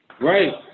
Right